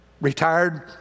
retired